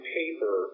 paper